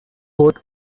coat